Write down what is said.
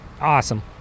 Awesome